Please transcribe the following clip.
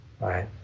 right